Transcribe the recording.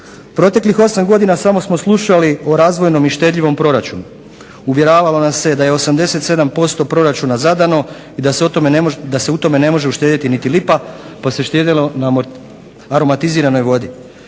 Proteklih 8 godina samo smo slušali o razvojnom i štedljivom proračunu. Uvjeravalo nas se da je 87% proračuna zadano i da se u tome ne može uštedjeti niti lipa pa se štedjelo na aromatiziranoj vodi.